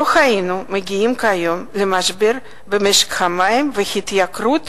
לא היינו מגיעים כיום למשבר במשק המים ולהתייקרות